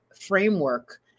framework